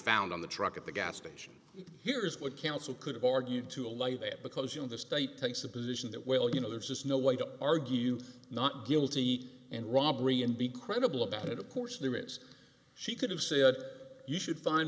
found on the truck at the gas station here is what counsel could've argued to a light weight because you know the state takes a position that well you know there's just no way to argue not guilty and robbery and be credible about it of course there is she could have said you should find